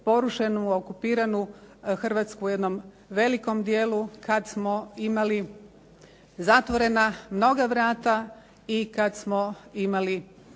porušenu, okupiranu Hrvatsku u jednom velikom dijelu, kad smo imali zatvorena mnoga vrata i kad smo imali